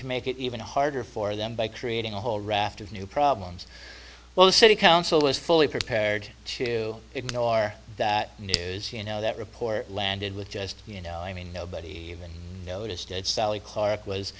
to make it even harder for them by creating a whole raft of new problems well the city council was fully prepared to ignore that is you know that report landed with just you know i mean nobody even noticed it sally clarke was